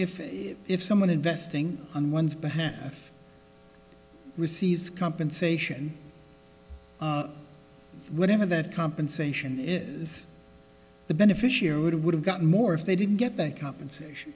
if if someone investing on one's behalf receives compensation whatever that compensation is the beneficiary would have gotten more if they didn't get their compensation